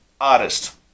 artist